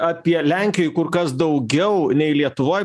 apie lenkijoj kur kas daugiau nei lietuvoj